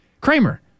Kramer